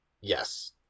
Yes